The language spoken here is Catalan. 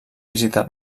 visitar